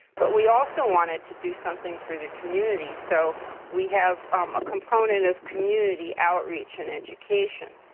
but we also wanted to do something for the community. so we have um a component of community outreach and education.